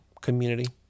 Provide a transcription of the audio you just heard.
community